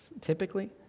typically